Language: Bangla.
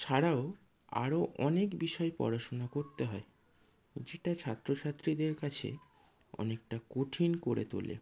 ছাড়াও আরও অনেক বিষয়ে পড়াশোনা করতে হয় যেটা ছাত্র ছাত্রীদের কাছে অনেকটা কঠিন করে তোলে